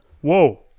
Whoa